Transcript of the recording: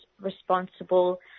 responsible